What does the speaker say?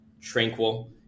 tranquil